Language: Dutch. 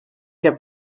heb